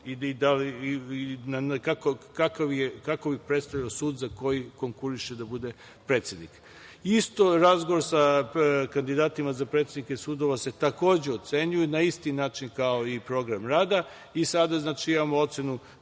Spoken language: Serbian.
predstavljao taj sud za koji konkuriše da bude predsednik. Isto, razgovori sa kandidatima za predsednike sudova se takođe ocenjuju na isti način kao i program rada i sada imamo ocenu